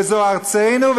וזו ארצנו.